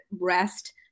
rest